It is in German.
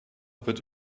wird